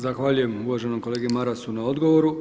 Zahvaljujem uvaženom kolegi Marasu na odgovoru.